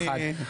זה אחד.